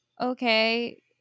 okay